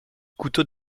couteaux